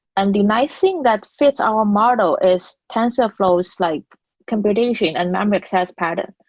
and the nice thing that fits our model is tensorflow's like computation and memory access pattern.